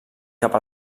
cap